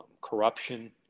corruption